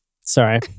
Sorry